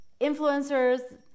influencers